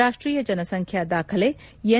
ರಾಷ್ಷೀಯ ಜನಸಂಖ್ಯಾ ದಾಖಲೆ ಎನ್